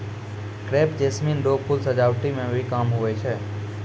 crepe jasmine रो फूल सजावटी मे भी काम हुवै छै